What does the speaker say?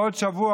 בעוד שבוע,